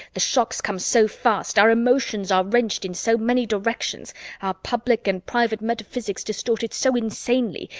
the shocks come so fast, our emotions are wrenched in so many directions, our public and private metaphysics distorted so insanely,